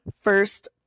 first